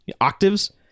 Octaves